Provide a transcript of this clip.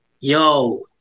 yo